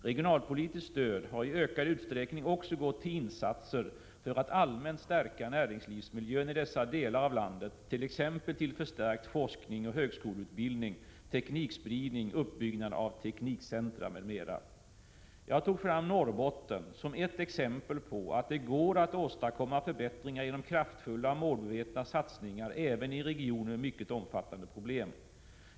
Regionalpolitiskt stöd har i ökad utsträckning också gått till insatser för att allmänt stärka näringslivsmiljön i dessa delar av landet, t.ex. till förstärkt forskning och högskoleutbildning, teknikspridning, uppbyggnad av teknikcentra m.m. Jag tog fram Norrbotten som ett exempel på att det går att åstadkomma förbättringar genom kraftfulla och målmedvetna satsningar även i regioner med mycket omfattande problem.